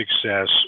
success